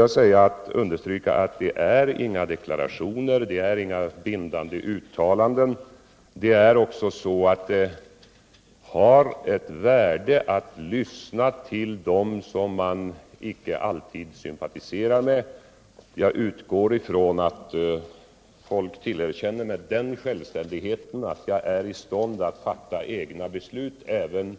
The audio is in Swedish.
Låt mig också understryka att det inte förekommer några deklarationer eller bindande uttalanden. Det har sitt värde att lyssna också tll dem som man kanske inte alltid sympatiserar med. Jag utgår ifrån att folk tillerkänner mig den självständigheten att jag är i stånd att fatta egna beslut, även